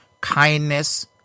kindness